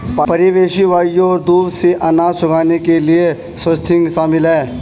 परिवेशी वायु और धूप से अनाज सुखाने के लिए स्वाथिंग शामिल है